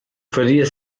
faria